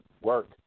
work